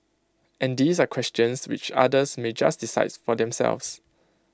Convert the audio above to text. and these are questions which others may just decide for themselves